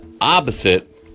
opposite